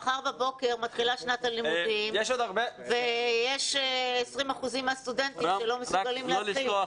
מחר בבוקר מתחילה שנת הלימודים ויש 20% מהסטודנטים שלא מסוגלים להתחיל.